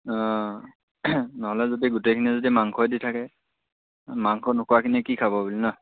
অঁ নহ'লে যদি গোটেইখিনিয়ে যদি মাংসই দি থাকে মাংস নোখোৱাখিনিয়ে কি খাব বুলি ন